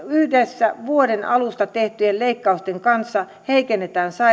yhdessä vuoden alusta tehtyjen leikkausten kanssa heikennetään